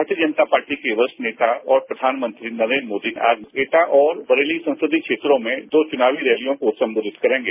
भारतीय जनता पार्टी के वरिष्ठ नेता और प्रधानमंत्री नरेंद्र मोदी आज एटा और बरेली संसदीय क्षेत्रों में दो चुनावी रैलियों को संबोधित करेंगे